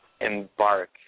embark